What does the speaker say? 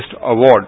award